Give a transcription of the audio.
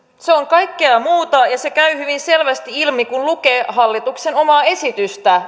se on kaikkea muuta ja se käy hyvin selvästi ilmi kun lukee hallituksen omaa esitystä